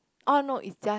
oh no it's just